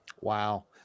wow